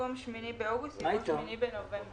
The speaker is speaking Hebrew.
ובמקום "8 באוגוסט" יבוא "8 בנובמבר"".